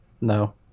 No